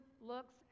looks